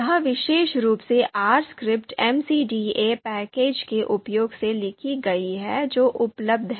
यह विशेष रूप से R स्क्रिप्ट MCDA पैकेज के उपयोग से लिखी गई है जो उपलब्ध है